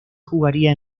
jugaría